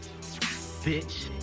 Bitch